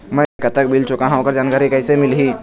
मैं कतक बिल चुकाहां ओकर जानकारी मोला कइसे मिलही?